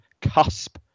cusp